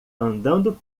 andando